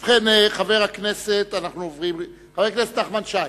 ובכן, חבר הכנסת נחמן שי,